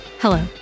Hello